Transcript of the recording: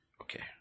Okay